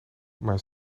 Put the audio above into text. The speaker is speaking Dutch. maar